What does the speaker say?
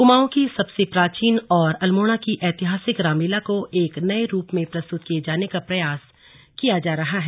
कुमाऊं की सबसे प्राचीन और अल्मोड़ा की ऐतिहासिक रामलीला को एक नये रूप में प्रस्तुत किये जाने का प्रयास किया जा रहा है